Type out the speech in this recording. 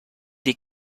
des